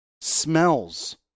smells